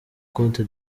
cote